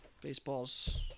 Baseball's